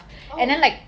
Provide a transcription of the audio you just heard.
oh